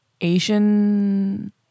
asian